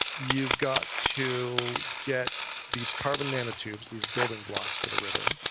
you've got to get these carbon nanotubes, these building blocks for the ribbon.